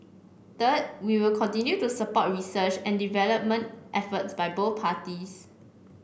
third we will continue to support research and development efforts by both parties